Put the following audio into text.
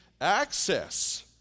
access